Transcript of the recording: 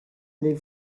les